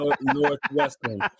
Northwestern